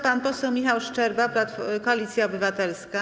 Pan poseł Michał Szczerba, Koalicja Obywatelska.